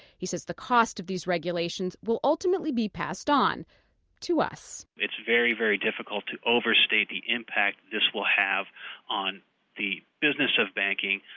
he says the cost of these regulations will ultimately be passed on to us it's very, very difficult to overstate the impact this will have on the business of banking,